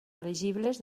elegibles